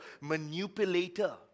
manipulator